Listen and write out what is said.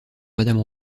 madame